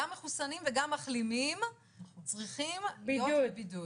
גם מחוסנים וגם מחלימים צריכים להיות בבידוד.